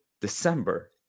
December